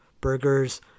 burgers